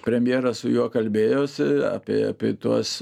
premjeras su juo kalbėjosi apie apie tuos